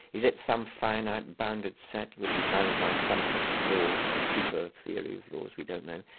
is it some finite bounded set, which is bounded by some set of laws the super theory of laws, we don't know.